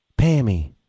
Pammy